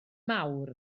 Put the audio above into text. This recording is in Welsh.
mawr